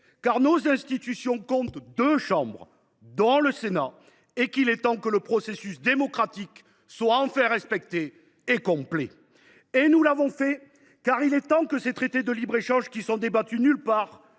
car nos institutions comptent deux chambres, dont le Sénat, et parce qu’il est temps que le processus démocratique soit enfin respecté et complet. Et nous l’avons fait, car il est temps que ces traités de libre échange qui ne sont débattus qu’à huis